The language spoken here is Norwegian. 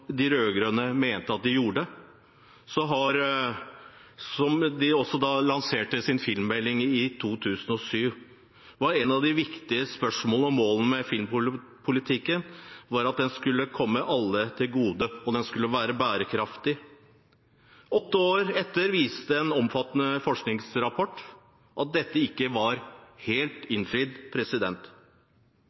de rød-grønne mente at de gjorde. Da de lanserte sin filmmelding i 2007, var et av de viktige målene med filmpolitikken at den skulle komme alle til gode, og den skulle være bærekraftig. Åtte år etter viste en omfattende forskningsrapport at dette ikke var helt innfridd.